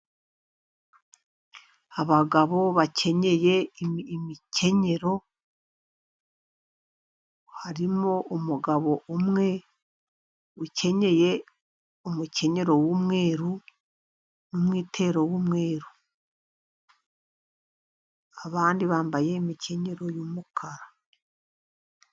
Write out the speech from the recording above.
Abagabo bakenyeye imikenyero, harimo umugabo umwe ukenyeye umukenenyero w'umweruru, n'umwitero w'umweru, abandi bambaye imikinnyero y'umukara.